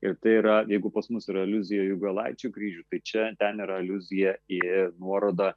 ir tai yra jeigu pas mus yra aliuzija į jogailaičių kryžių tai čia ten yra aliuzija į nuorodą